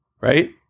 right